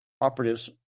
operatives